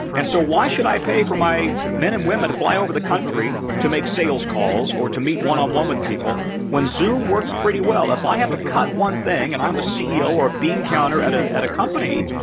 and so, why should i pay for my men and women to fly over the country to make sales calls or to meet one-on-one um with people when zoom works pretty well. if i have to cut one thing, and i'm the ceo or a bean counter at ah at a company,